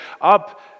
up